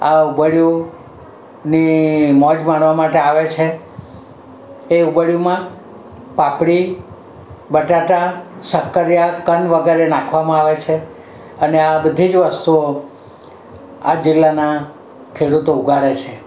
આ ઉંબાડિયુંની મોજ માણવા માટે આવે છે એ ઉંબાડિયુંમાં પાપડી બટાટા શક્કરિયા કંદ વગેરે નાખવામાં આવે છે અને આ બધી જ વસ્તુઓ આ જિલ્લાના ખેડૂતો ઉગાડે છે